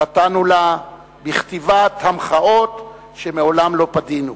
חטאנו לה בכתיבת המחאות שמעולם לא פדינו,